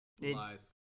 Lies